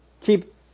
Keep